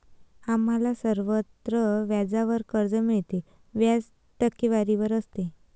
आम्हाला सर्वत्र व्याजावर कर्ज मिळते, व्याज टक्केवारीवर असते